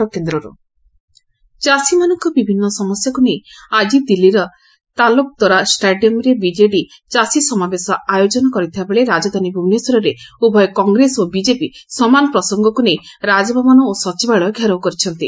ଚାଷୀ ସମାବେଶ ଚାଷୀମାନଙ୍କ ବିଭିନ୍ନ ସମସ୍ୟାକୁ ନେଇ ଆଜି ଦିଲ୍ଲୀର ତାଲକ୍ତୋରା ଷ୍ଟାଡିୟମ୍ରେ ବିଜେଡ଼ି ଚାଷୀସମାବେଶ ଆୟୋଜନ କରିଥିବାବେଳେ ରାଜଧାନୀ ଭୁବନେଶ୍ୱରରେ ଉଭୟ କଂଗ୍ରେସ ଓ ବିଜେପି ସମାନ ପ୍ରସଙ୍ଗକୁ ନେଇ ରାଜଭବନ ଓ ସଚିବାଳୟ ଘେରାଉ କରିଛନ୍ତି